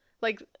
like-